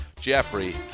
Jeffrey